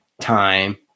time